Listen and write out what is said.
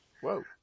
Whoa